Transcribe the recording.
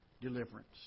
deliverance